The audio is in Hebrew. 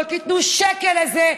לא תיתנו שקל לזה,